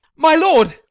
my lord